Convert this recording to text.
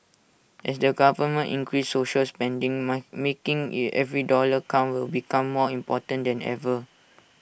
as the government increases social spending might making the every dollar count will become more important than ever